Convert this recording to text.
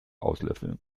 auslöffeln